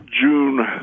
June